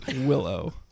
Willow